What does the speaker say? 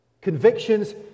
convictions